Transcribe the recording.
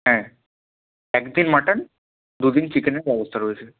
হ্যাঁ একদিন মাটন দু দিন চিকেনের ব্যবস্থা রয়েছে